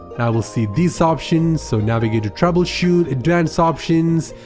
will see these options, so navigate to troubleshoot advanced options,